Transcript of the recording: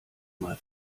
mal